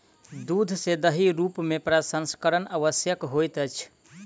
दूध के सही रूप में प्रसंस्करण आवश्यक होइत अछि